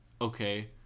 okay